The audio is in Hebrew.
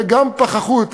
וגם פחחות,